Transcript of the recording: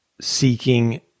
seeking